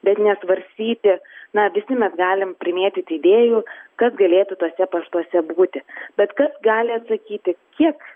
bet nesvarstyti na visi mes galim primėtyt idėjų kas galėtų tuose paštuose būti bet kas gali atsakyti kiek